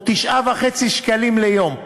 או 9.5 שקלים ליום.